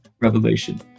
revelation